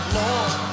lord